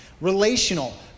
Relational